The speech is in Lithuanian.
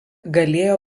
galėjo